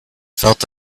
felt